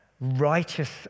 righteous